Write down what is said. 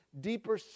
deeper